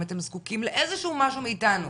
האם אתם זקוקים לאיזשהו משהו מאיתנו?